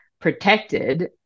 protected